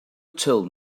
told